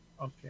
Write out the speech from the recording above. Okay